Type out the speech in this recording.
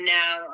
now